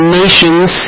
nations